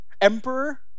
emperor